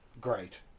great